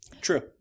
True